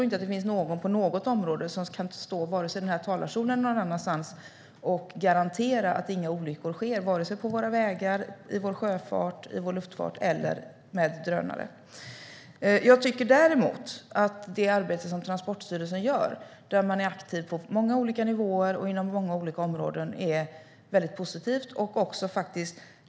Inte på något enda område kan vi garantera att inga olyckor sker, antingen det gäller våra vägar, i sjöfarten, i luftfarten eller med drönare. Det arbete som Transportstyrelsen gör, där man är aktiv på många olika nivåer och på många olika områden, är väldigt positivt.